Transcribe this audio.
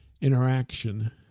interaction